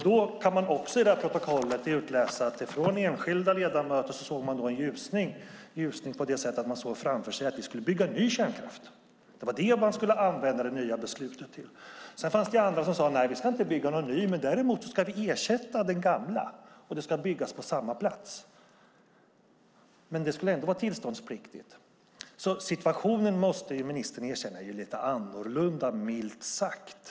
Då kan man också i det protokoll som jag tidigare hänvisade till utläsa att enskilda ledamöter såg en ljusning på det sättet att de såg framför sig att vi skulle bygga ny kärnkraft, att det var det som man skulle använda det nya beslutet till. Sedan fanns det andra som sade: Nej, vi ska inte bygga någon ny. Däremot ska vi ersätta den gamla, och det ska byggas på samma plats. Men det skulle ändå vara tillståndspliktigt. Ministern måste erkänna att situationen alltså är lite annorlunda, milt sagt.